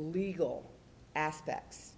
legal aspects